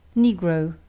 negro,